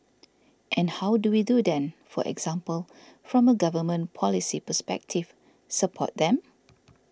and how do we then for example from a government policy perspective support them